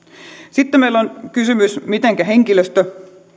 sitten meillä on kysymys mitenkä henkilöstö